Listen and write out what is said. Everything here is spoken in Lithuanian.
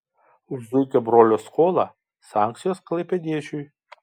už zuikio brolio skolą sankcijos klaipėdiečiui